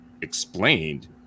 explained